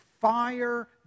fire